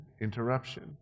interruption